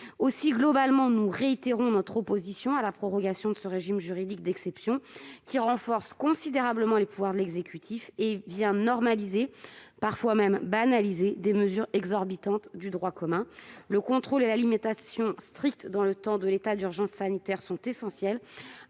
n° 67. Nous réitérons notre opposition à la prorogation du régime juridique d'exception, qui renforce considérablement les pouvoirs de l'exécutif et qui vient normaliser et banaliser des mesures exorbitantes du droit commun. Le contrôle et la limitation stricte dans le temps de l'état d'urgence sanitaire sont essentiels,